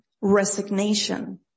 resignation